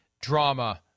drama